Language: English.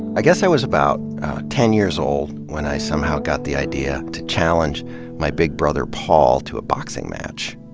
i guess i was about ten years old when i somehow got the idea to challenge my b ig brother paul to a boxing match.